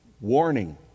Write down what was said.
warning